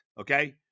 okay